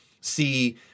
see